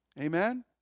amen